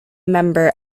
member